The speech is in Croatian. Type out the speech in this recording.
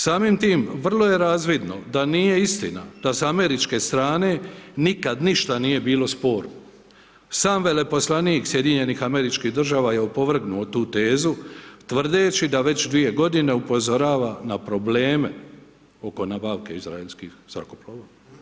Samim time vro je razvidno da nije istina da sa američke strane nikad ništa nije bilo sporno, sam veleposlanik SAD-a je opovrgnuo tu tezu tvrdeći da već 2 g. upozorava na probleme oko nabavke izraelskih zrakoplova.